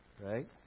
right